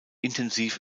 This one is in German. intensiv